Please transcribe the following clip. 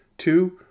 Two